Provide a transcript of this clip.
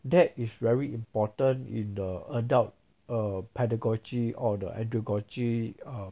that is very important in the adult err pedagogy or the andragogy err